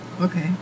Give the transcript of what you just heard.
Okay